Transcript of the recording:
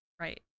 Right